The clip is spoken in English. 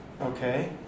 Okay